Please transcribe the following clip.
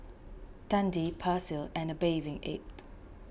Dundee Persil and A Bathing Ape